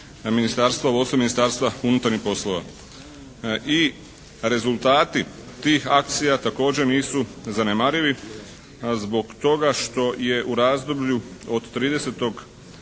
ministarstvo, vodstvo Ministarstva unutarnjih poslova. I rezultati tih akcija također nisu zanemarivi zbog toga što je u razdoblju od 30.